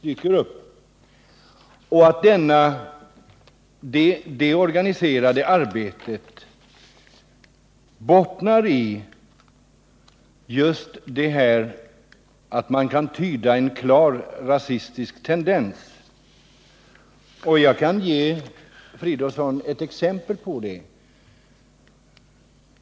Det har skett i organiserade former, och man kan spåra en klart rasistisk tendens. Jag kan ge herr Fridolfsson exempel på det.